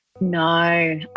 No